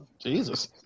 Jesus